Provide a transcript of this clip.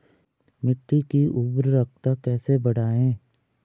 मिट्टी की उर्वरकता कैसे बढ़ायें?